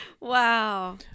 Wow